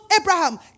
Abraham